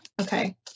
okay